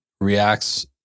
reacts